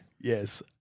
Yes